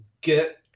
get